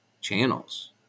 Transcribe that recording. channels